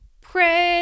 Pray